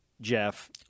Jeff